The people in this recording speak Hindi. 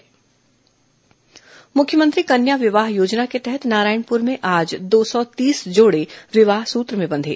मुख्यमंत्री कन्या विवाह योजना मुख्यमंत्री कन्या विवाह योजना के तहत नारायणपुर में आज दो सौ तीस जोड़े विवाह सूत्र में बंधे